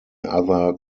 other